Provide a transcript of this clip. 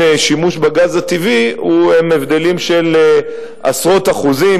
הזיהום משימוש בגז הטבעי הם הבדלים של עשרות אחוזים,